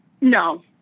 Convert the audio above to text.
No